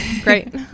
Great